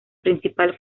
principal